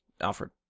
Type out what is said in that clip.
Alfred